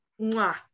mwah